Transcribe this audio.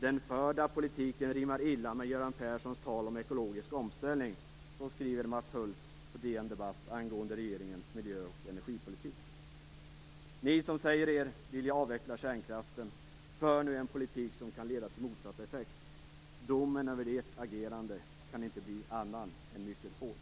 På DN Debatt skriver Mats Hulth angående regeringens miljö och energipolitik att den förda politiken rimmar illa med Ni som säger er vilja avveckla kärnkraften för nu en politik som kan leda till motsatt effekt. Domen över ert agerande kan inte bli någon annan än mycket hård.